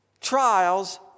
trials